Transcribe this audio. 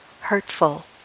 hurtful